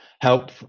help